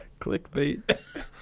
Clickbait